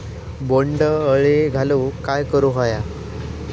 बोंड अळी घालवूक काय करू व्हया?